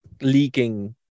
leaking